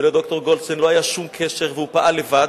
שלד"ר גולדשטיין לא היה שום קשר, והוא פעל לבד.